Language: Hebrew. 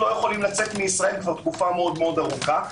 יכולים לצאת מישראל תקופה מאוד ארוכה.